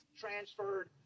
transferred